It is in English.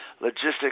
Logistics